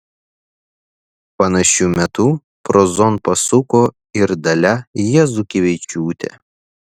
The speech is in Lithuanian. panašiu metu prozon pasuko ir dalia jazukevičiūtė